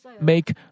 make